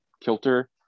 kilter